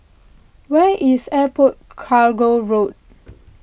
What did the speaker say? where is Airport Cargo Road